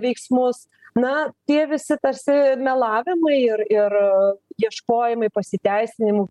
veiksmus na tie visi tarsi melavimai ir ir ieškojimai pasiteisinimų